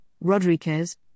Rodriguez